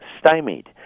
stymied